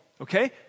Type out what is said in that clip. Okay